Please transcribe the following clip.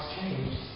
change